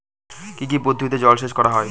কি কি পদ্ধতিতে জলসেচ করা হয়?